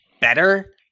better